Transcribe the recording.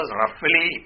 roughly